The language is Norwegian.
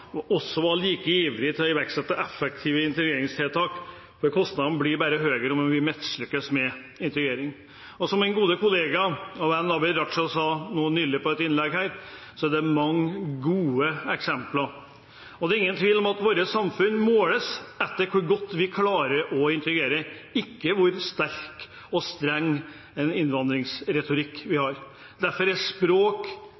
også var like ivrige etter å iverksette effektive integreringstiltak, for kostnadene blir bare høyere om vi mislykkes med integrering. Som min gode kollega og venn Abid Q. Raja sa nylig i et innlegg, er det mange gode eksempler. Det er ingen tvil om at vårt samfunn måles etter hvor godt vi klarer å integrere, ikke etter hvor sterk og streng innvandringsretorikk vi